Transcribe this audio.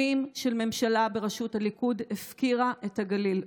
שנים שממשלה בראשות הליכוד הפקירה את הגליל.